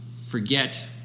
forget